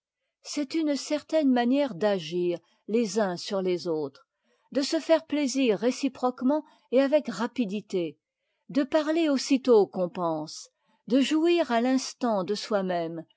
c'est une certaine manière d'agir tes uns sur les autres de se faire plaisir réciproquement et avec rapidité de parier aussitôt qu'on pense de jouir à l'instant de soimême